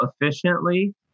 efficiently